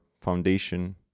foundation